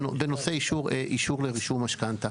בנושא אישור לרישום משכנתא.